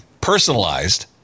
personalized